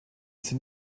sind